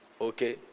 okay